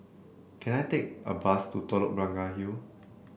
can I take a bus to Telok Blangah Hill